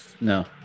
No